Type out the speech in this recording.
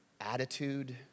attitude